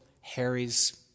Harry's